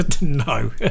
no